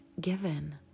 given